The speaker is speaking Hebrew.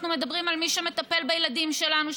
אנחנו מדברים על מי שמטפל בילדים שלנו,